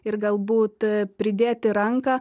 ir galbūt pridėti ranką